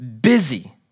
busy